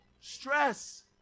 stress